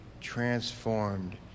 transformed